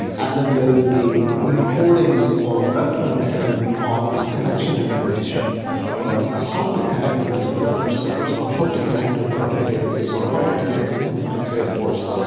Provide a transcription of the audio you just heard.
and then there is the importing or referencing off the connection information about and how to connect to this particular source or how to connect to a particular database or how to connect to something like salesforce?